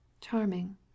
Charming